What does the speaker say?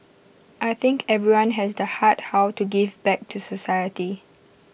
I think everyone has the heart how to give back to society